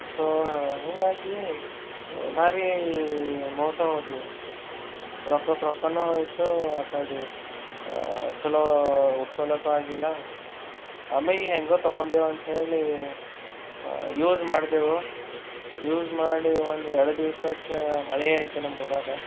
so ಹೀಗಾಗಿ ಭಾರಿ ಮೋಸ ಹೋದ್ವಿ ರೊಕ್ಕಕ್ಕೆ ರೊಕ್ಕವೂ ಹೋಯಿತು ಆ ಕಡೆ ಚಲೋ ಉಟ್ಕೊಳ್ಳೋಕೂ ಆಗಿಲ್ಲ ಆಮ್ಯಾಗ ಹೇಗೋ ತಕೊಂಡೀವಿ ಅಂಥೇಳಿ ಯೂಸ್ ಮಾಡಿದೆವು ಯೂಸ್ ಮಾಡಿ ಒಂದು ಎರಡು ದಿವ್ಸಕ್ಕೆ ಮಳೆಯಾಯ್ತು ನಮ್ಮೂರಾಗ